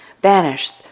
banished